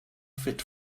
fit